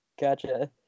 gotcha